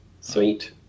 sweet